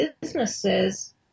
businesses